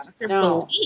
no